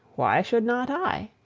why should not i?